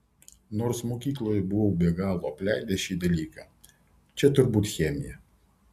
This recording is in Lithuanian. nors mokykloje buvau be galo apleidęs šį dalyką čia turbūt chemija